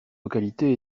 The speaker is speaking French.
localité